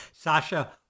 sasha